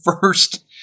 first